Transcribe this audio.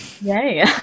Yay